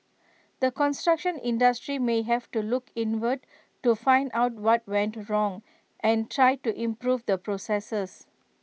the construction industry may have to look inward to find out what went wrong and try to improve the processes